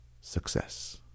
success